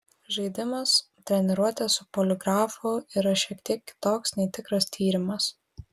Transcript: žaidimas treniruotė su poligrafu yra šiek tiek kitoks nei tikras tyrimas